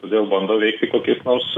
todėl bando veikti kokiais nors